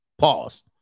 Pause